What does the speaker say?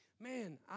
Man